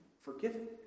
forgiven